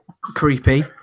creepy